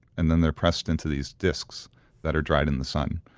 and then they're pressed into these discs that are dried in the sun.